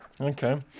Okay